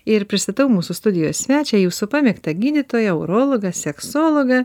ir pristatau mūsų studijos svečią jūsų pamėgtą gydytoją urologą seksologą